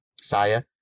Saya